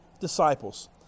disciples